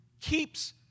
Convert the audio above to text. Keeps